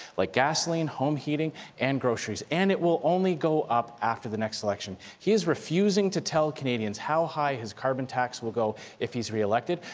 like gasoline, home heating and groceries. and it will only go up after the next election. he is refusing to tell canadians how high his carbon tax will go if he's re-elected.